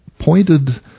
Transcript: pointed